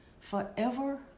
forever